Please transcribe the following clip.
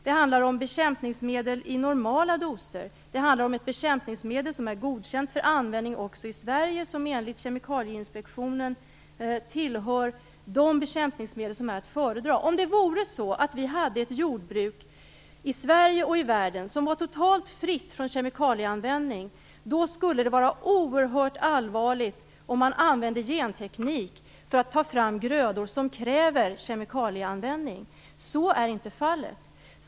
Det handlar om bekämpningsmedel i normala doser, om ett bekämpningsmedel som är godkänt för användning också i Sverige och som enligt Kemikalieinspektionen tillhör de bekämpningsmedel som är att föredra. Om vi hade ett jordbruk i Sverige och i världen som var totalt fritt från kemikalieanvändning skulle det vara oerhört allvarligt om genteknik användes för att ta fram grödor som kräver kemikalieanvändning. Så är inte fallet.